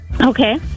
Okay